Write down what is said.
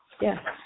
yes